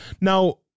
Now